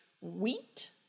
wheat